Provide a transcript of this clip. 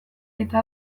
eta